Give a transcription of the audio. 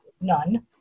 None